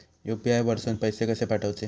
UPI वरसून पैसे कसे पाठवचे?